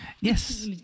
Yes